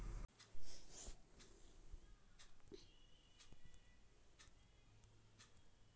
हमरा ई व्यापार करके का फायदा मिलतइ?